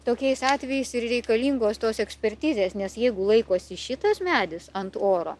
tokiais atvejais ir reikalingos tos ekspertizės nes jeigu laikosi šitas medis ant oro